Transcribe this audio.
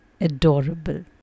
adorable